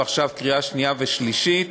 ועכשיו קריאה שנייה ושלישית,